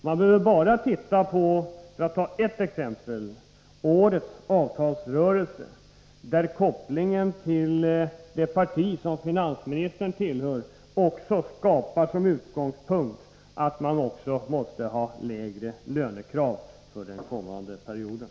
Vi behöver bara — för att ta ett exempel — titta på årets avtalsrörelse, där kopplingen till det parti som finansministern tillhör skapar utgångspunkten att man också måste ha lägre lönekrav för den kommande perioden.